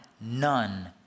none